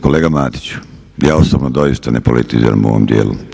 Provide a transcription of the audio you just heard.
Kolega Matiću, ja osobno doista ne politiziram u ovom dijelu.